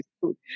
food